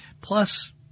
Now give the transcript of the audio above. plus